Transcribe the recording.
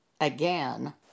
again